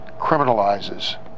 criminalizes